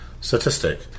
statistic